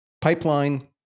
pipeline